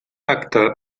acte